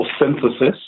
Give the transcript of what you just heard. synthesis